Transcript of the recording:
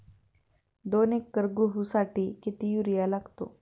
दोन एकर गहूसाठी किती युरिया लागतो?